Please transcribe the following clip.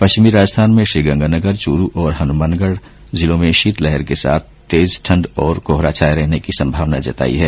पश्चिमी राजस्थान में श्रीगंगानगर चूरू और हनुमानगढ जिलों में शीतलहर के साथ तेज ठंड और कोहरा छाए रहने की संभावना जतायी है